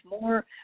more